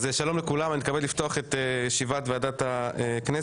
שלום לכולם, אני מתכבד לפתוח את ישיבת ועדת הכנסת.